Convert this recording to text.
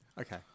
Okay